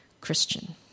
Christian